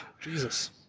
Jesus